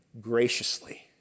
graciously